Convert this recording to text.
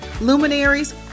luminaries